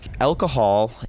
Alcohol